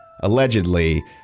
allegedly